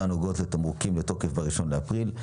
הנוגעות לתמרוקים ותוקף ב-1 לאפריל,